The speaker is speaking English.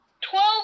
twelve